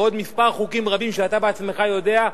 ועוד מספר חוקים רבים שאתה בעצמך יודע,